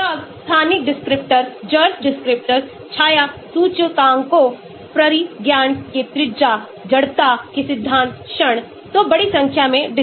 तब स्थानिक descriptors जर्स descriptors छाया सूचकांकों परिज्ञान के त्रिज्या जड़ता के सिद्धांत क्षण तो बड़ी संख्या में descriptors